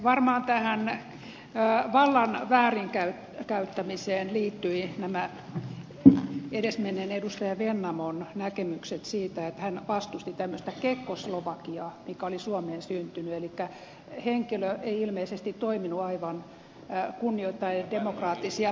varmaan tähän vallan väärinkäyttämiseen liittyivät nämä edesmenneen edustaja vennamon näkemykset siitä että hän vastusti tämmöistä kekkoslovakiaa mikä oli suomeen syntynyt elikkä henkilö ei ilmeisesti toiminut aivan kunnioittaen demokraattisia pelisääntöjä